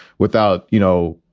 without, you know,